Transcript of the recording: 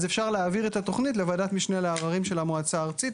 אז אפשר להעביר את התכנית לוועדת משנה לעררים של המועצה הארצית.